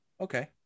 Okay